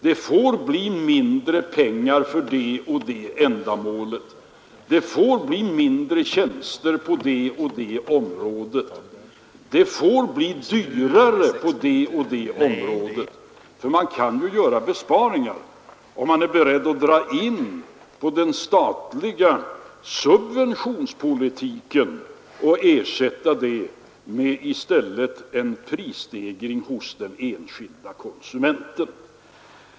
Det får bli mindre pengar för det och det ändamålet. Det får bli mindre tjänster på det och det området. Det får bli dyrare på det och det området. Man kan ju göra besparingar om man är beredd att dra in på den statliga subventionspolitiken och ersätta den med en prisstegring hos den enskilda konsumenten.